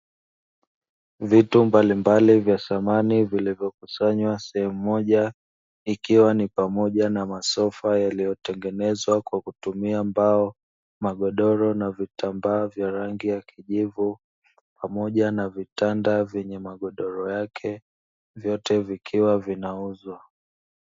Vitu mbalimbali vya samani vilivyokusanywa sehemu moja ikiwa ni pamoja na masofa yaliyotengenezwa kwa kutumia mbao, magodoro na vitambaa vya rangi ya kijivu pamoja na vitanda vyenye magodoro yake, vyote vikiwa vinauzwa.